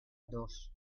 dos